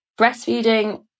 breastfeeding